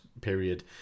period